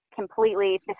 completely